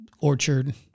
orchard